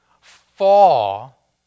fall